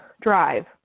drive